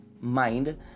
mind